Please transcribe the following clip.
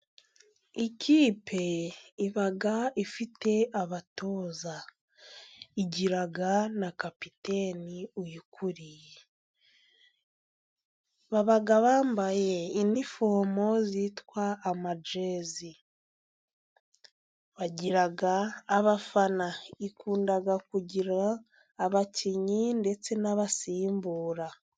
Ikipe iba ifite abatoza. igira na kapiteni uyikuriye. Baba bambaye inifomu zitwa amajezi. Bagira abafana. Ikunda kugira abakinnyi ndetse n'abasimbura.